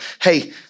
hey